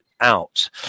out